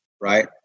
Right